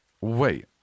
Wait